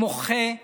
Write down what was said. אני מוחה.